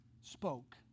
spoke